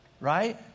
right